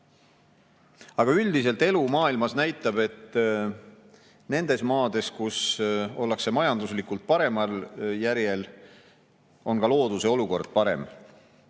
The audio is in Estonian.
aga üldiselt elu maailmas näitab, et nendes maades, kus ollakse majanduslikult paremal järjel, on ka looduse olukord parem.